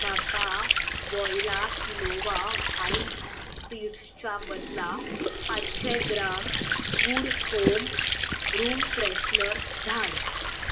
म्हाका वॉयला quinoa white सीड्सच्या बदला पाचशें gram good home room freshener धाड